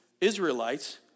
Israelites